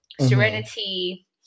serenity